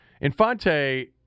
Infante